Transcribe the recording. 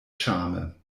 ĉarme